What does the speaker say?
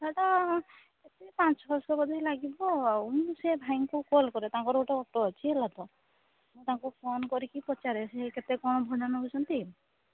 ହେଟା ତ ପାଞ୍ଚ ଛଅଶହ ବୋଧେ ଲାଗିବ ଆଉ ମୁଁ ସେ ଭାଇଙ୍କୁ କଲ୍ କରେ ତାଙ୍କର ଗୋଟେ ଅଟୋ ଅଛି ହେଲା ତ ମୁଁ ତାଙ୍କୁ ଫୋନ କରିକି ପଚାରେ ସିଏ କେତେ କ'ଣ ଭଡ଼ା ନେଉଛନ୍ତି